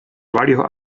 varios